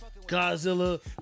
Godzilla